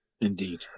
indeed